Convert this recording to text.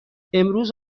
امروز